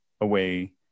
away